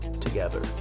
together